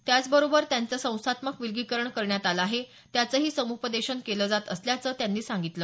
त्याचबरोबर ज्यांचं संस्थात्मक विलगीकरण करण्यात आलं आहे त्यांचंही समुपदेशन केलं जात असल्याचं त्यांनी सांगितलं